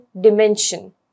dimension